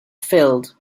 filled